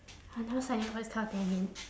I'm never signing up for this kind of thing again